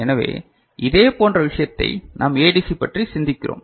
எனவே இதே போன்ற விஷயத்தை நாம் ஏடிசி பற்றி சிந்திக்கிறோம்